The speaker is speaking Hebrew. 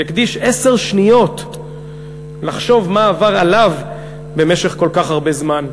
יקדיש עשר שניות לחשוב מה עבר עליו במשך כל כך הרבה זמן,